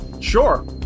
Sure